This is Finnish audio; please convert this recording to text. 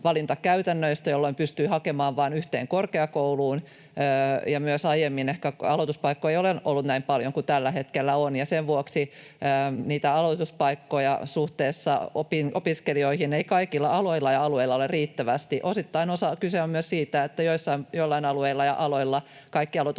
jolloin pystyi hakemaan vain yhteen korkeakouluun, ja aiemmin myös ehkä aloituspaikkoja ei ole ollut näin paljon kuin tällä hetkellä on, ja sen vuoksi niitä aloituspaikkoja suhteessa opiskelijoihin ei kaikilla aloilla ja alueilla ole riittävästi. Osittain kyse on myös siitä, että joillain alueilla ja aloilla kaikki aloituspaikat